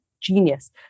genius